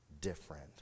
different